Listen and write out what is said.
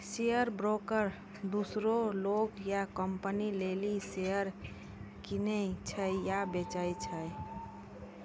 share broker दोसरो लोग या कंपनी लेली शेयर किनै छै या बेचै छै